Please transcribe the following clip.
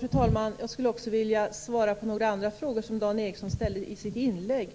Fru talman! Jag skulle också vilja svara på några andra kommentarer som Dan Ericsson gjorde i sitt inlägg.